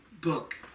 book